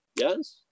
yes